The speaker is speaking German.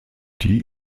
die